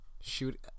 shoot